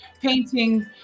painting